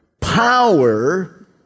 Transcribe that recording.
power